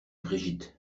brigitte